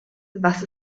was